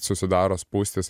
susidaro spūstys